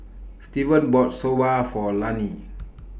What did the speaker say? Steven bought Soba For Lanie